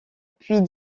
puis